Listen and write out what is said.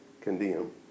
condemn